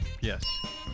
Yes